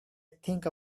think